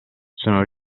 sono